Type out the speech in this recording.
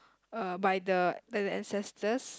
uh by the the ancestors